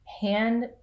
hand